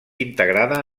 integrada